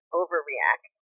overreact